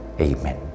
Amen